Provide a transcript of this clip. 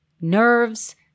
nerves